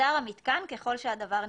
יוסר המיתקן ככל שהדבר נדרש,